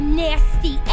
nasty